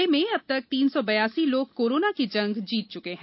जिले में अब तक तीन सौ बयासी लोग कोरोना की जंग जीत चुके हैं